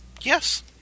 Yes